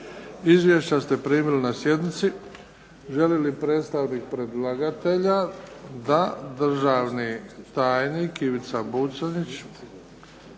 Izvješća ste primili na sjednici. Želi li predstavnik predlagatelja? Da. Državni tajnik Ivica Buconjić,